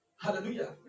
Hallelujah